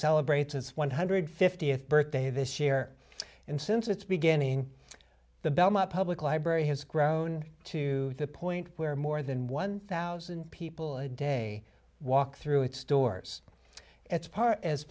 celebrates its one hundred fiftieth birthday this year and since its beginning the belmont public library has grown to the point where more than one thousand people a day walked through its doors its part as